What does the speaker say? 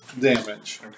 damage